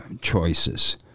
choices